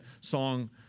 song